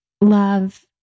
love